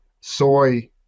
soy